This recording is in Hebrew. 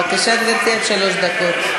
בבקשה, גברתי, עד שלוש דקות.